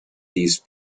these